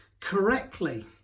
correctly